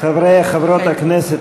חברי וחברות הכנסת,